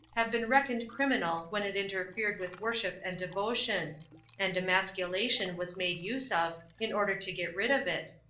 have been reckoned criminal when it interfered with worship and devotion and emasculation was made use of in order to get rid of it,